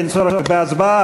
אין צורך בהצבעה.